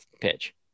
pitch